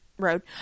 road